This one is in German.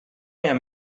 mehr